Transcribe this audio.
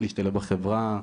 להשתלב בחברה,